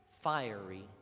...fiery